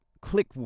click